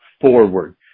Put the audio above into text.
forward